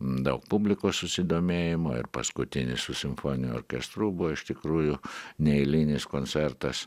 daug publikos susidomėjimo ir paskutinis su simfoniniu orkestru buvo iš tikrųjų neeilinis koncertas